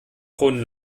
kronen